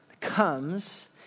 comes